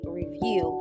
review